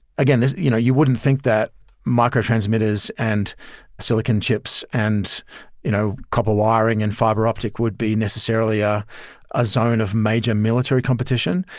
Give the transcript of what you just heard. again, you know you wouldn't think that micro transmitters, and silicon chips, and you know couple of wiring, and fiber optic would be necessarily a ah zone of major military competition,